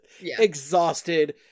exhausted